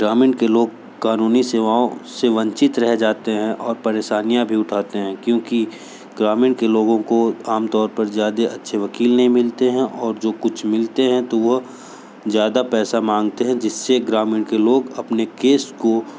ग्रामीण के लोग कानूनी सेवाओं से वंचित रह जाते हैं और परेशानियां भी उठाते हैं क्योंकि ग्रामीण के लोगों को आमतौर पर ज़्यादे अच्छे वकील नहीं मिलते हैं और जो कुछ मिलते हैं तो वो ज़्यादा पैसा मांगते हैं जिससे ग्रामीण के लोग अपने केस को